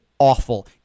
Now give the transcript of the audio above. awful